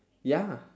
ya